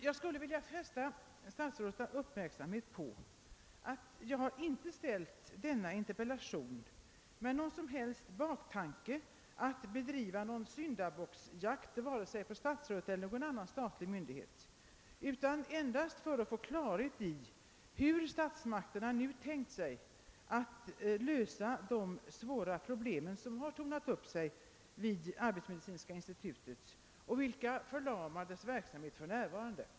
Jag vill fästa statsrådets uppmärksamhet på att jag inte framställt min interpellation med någon som helst baktanke att bedriva en syndabocksjakt, vare sig på statsrådet eller någon statlig myndighet, utan endast för att få klarhet i hur statsmakterna nu tänkt sig att lösa de svåra problem som har tornat upp sig vid arbetsmedicinska institutet och som för närvarande förlamar dess verksamhet.